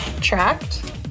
tracked